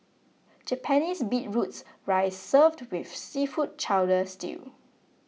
Japanese beetroots rice served with seafood chowder stew